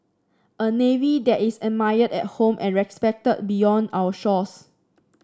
a navy that is admired at home and respected beyond our shores